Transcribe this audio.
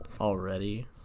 already